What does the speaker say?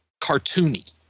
cartoony